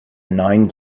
nine